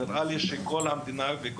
אלא של כל החברה וכל המדינה.